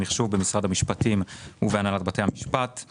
מחשוב במשרד המשפטים ובהנהלת בתי המשפט;